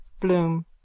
Bloom